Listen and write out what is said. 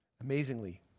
Amazingly